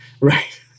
Right